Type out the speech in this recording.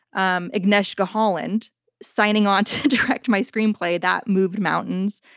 um agnieszka holland signing on to direct my screenplay, that moved mountains.